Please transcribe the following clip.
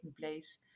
place